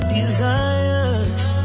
desires